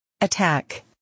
Attack